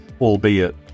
albeit